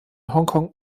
hongkong